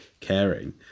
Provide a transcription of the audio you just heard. caring